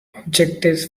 objectives